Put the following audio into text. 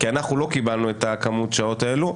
כי אנחנו לא קיבלנו את כמות השעות האלו,